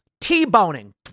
T-boning